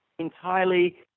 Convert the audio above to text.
entirely